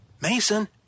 Mason